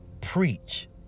Preach